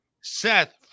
Seth